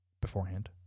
beforehand